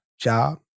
job